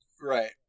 right